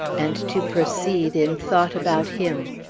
and to proceed in thought about him.